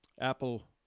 Apple